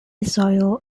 soil